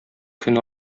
көн